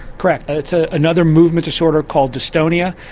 correct, ah it's ah another movement disorder called dystonia,